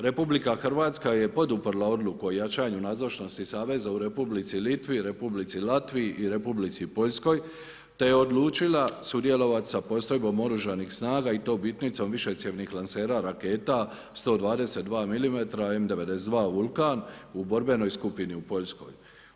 RH je poduprla odluku o jačanju nazočnosti saveza u Republici Litvi, Republici Latviji i Republici Poljskoj te je odlučila sudjelovati sa postrojbom oružanih snaga i to bitnicom višecjevnih lansera raketa 120mm M92-VULKAN u borbenoj skupini u Poljskoj.